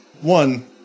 one